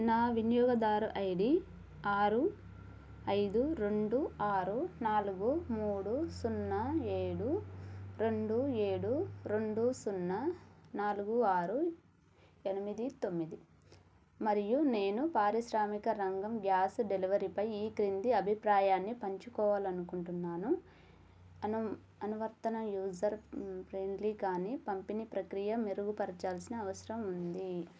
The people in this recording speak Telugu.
నా వినియోగదారు ఐడి ఆరు ఐదు రెండు ఆరు నాలుగు మూడు సున్నా ఏడు రెండు ఏడు రొండు సున్నా నాలుగు ఆరు ఎనిమిది తొమ్మిది మరియు నేను పారిశ్రామిక రంగం గ్యాస్ డెలవరీపై ఈ క్రింది అభిప్రాయాన్ని పంచుకోవాలనుకుంటున్నాను అను అనువర్తనం యూజర్ ఫ్రెండ్లీ కానీ పంపిణీ ప్రక్రియ మెరుగుపరచాల్సిన అవసరం ఉంది